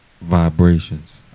Vibrations